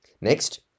Next